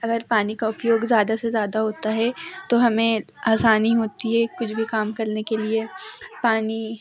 अगर पानी का उपयोग ज़्यादा से ज़्यादा होता है तो हमें आसानी होती है कुछ भी काम करने के लिए पानी